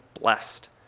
blessed